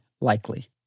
likely